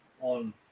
on